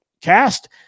cast